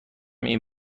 این